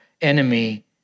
enemy